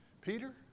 Peter